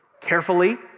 carefully